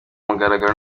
mugaragaro